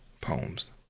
poems